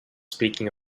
speaking